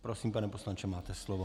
Prosím, pane poslanče, máte slovo.